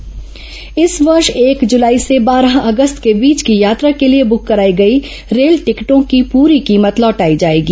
rail ticket वापसी इस वर्ष एक जुलाई से बारह अगस्त के बीच की यात्रा के लिए बुक कराई गई रेल टिकटों की पूरी कीमत लौटाई जाएगी